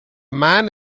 man